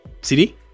cd